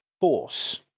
force